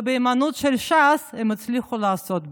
ובהימנעות של ש"ס הם הצליחו לעשות כך,